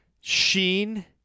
Sheen